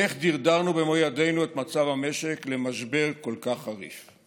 איך דרדרנו במו ידינו את מצב המשק למשבר כל כך חריף?